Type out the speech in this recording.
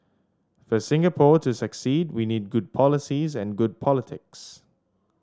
for Singapore to succeed we need good policies and good politics